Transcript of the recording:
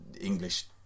English